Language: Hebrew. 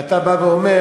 ואתה בא ואומר: